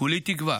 כולי תקווה